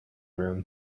room